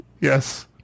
Yes